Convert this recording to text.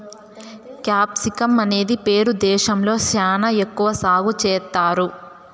capsicum అనేది Peru దేశంలో శ్యానా ఎక్కువ సాగు చేత్తారు